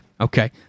okay